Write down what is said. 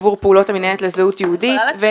מיליון ש"ח עבור פעולות המינהלת לזהות יהודית.